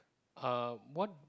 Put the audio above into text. uh what